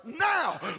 now